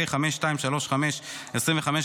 פ/5235/25,